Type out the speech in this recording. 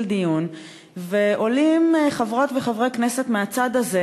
דיון ועולים חברות וחברי כנסת מהצד הזה.